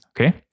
okay